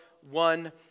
one